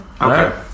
Okay